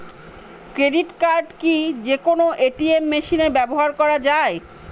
Credit card কি যে কোনো এ.টি.এম মেশিনে ব্যবহার করা য়ায়?